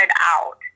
out